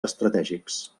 estratègics